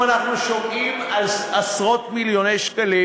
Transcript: שהייתה שומר הסף של הקופה הציבורית,